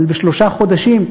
אבל בשלושה חודשים,